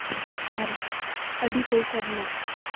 ᱟᱨ ᱟᱹᱰᱤ ᱯᱚᱭᱥᱟ ᱨᱮᱱᱟᱜ